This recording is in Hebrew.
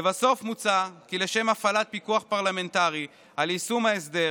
לבסוף מוצע כי לשם הפעלת פיקוח פרלמנטרי על יישום ההסדר